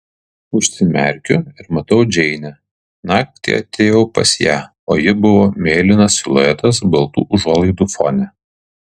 užsimerkiu ir matau džeinę naktį atėjau pas ją o ji buvo mėlynas siluetas baltų užuolaidų fone